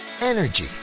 Energy